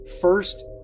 first